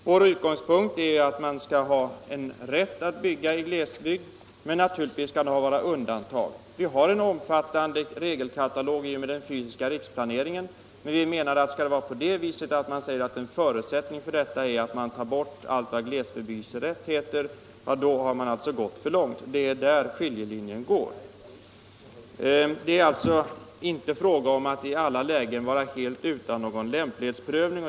Vår utgångspunkt är att man skall ha en rätt att bygga i glesbygd, men naturligtvis skall det vara undantag. Vi har en omfattande regelkatalog i och med den fysiska riksplaneringen. Men skall det vara på det viset att en förutsättning för detta är att man tar bort allt vad glesbebyggelserätt heter, så har man gått för långt. Det är där skiljelinjen löper. Det' är alltså inte fråga om att man i alla lägen skall vara helt utan en lämplighetsprövning.